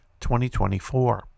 2024